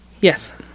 Yes